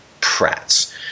prats